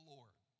Lord